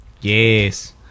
Yes